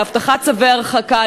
להבטחת צווי הרחקה,